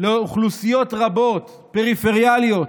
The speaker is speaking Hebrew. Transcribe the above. לאוכלוסיות רבות, פריפריאליות,